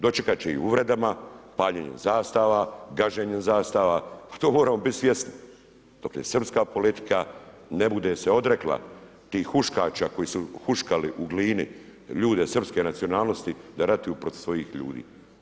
Dočekat će uvredama, paljenjem zastava, gaženjem zastava pa toga moramo biti svjesni, dokle srpska politika ne bude se odrekla tih huškača koji su huškali u Glini ljude Srpske nacionalnosti da ratuju protiv svojih ljudi.